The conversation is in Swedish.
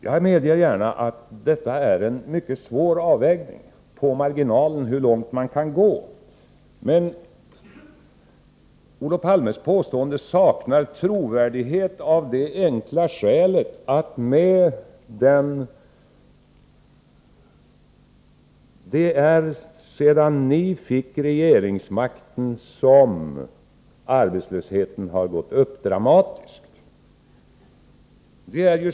Jag medger gärna att det är mycket svårt att på marginalen avväga hur långt man kan gå. Men Olof Palmes påstående saknar trovärdighet av det enkla skälet att det är sedan ni fick regeringsmakten som arbetslösheten har gått upp dramatiskt.